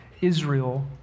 Israel